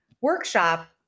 workshop